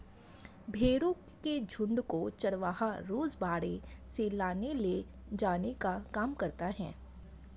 भेंड़ों के झुण्ड को चरवाहा रोज बाड़े से लाने ले जाने का काम करता है